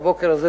בבוקר הזה,